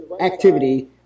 activity